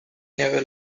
never